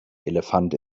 elefant